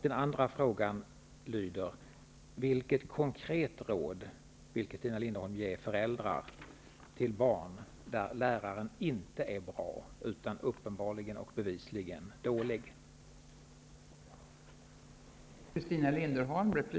Den andra frågan lyder: Vilket konkret råd vill Christina Linderholm ge föräldrar till barn som har lärare som inte är bra utan uppenbarligen och bevisligen är dåliga?